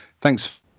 Thanks